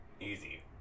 Easy